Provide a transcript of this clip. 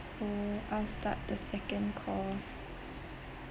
so I'll start the second call